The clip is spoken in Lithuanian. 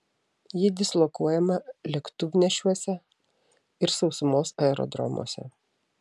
ji dislokuojama lėktuvnešiuose ir sausumos aerodromuose